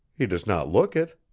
he does not look it.